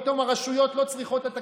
פתאום הרשויות לא צריכות את התקציב.